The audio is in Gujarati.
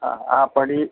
હા હા પડી